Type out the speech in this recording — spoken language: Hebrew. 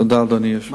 תודה, אדוני היושב-ראש.